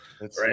right